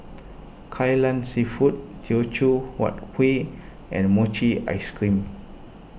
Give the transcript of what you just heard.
Kai Lan Seafood Teochew Huat Kueh and Mochi Ice Cream